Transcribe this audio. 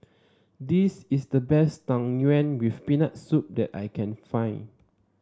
this is the best Tang Yuen with Peanut Soup that I can find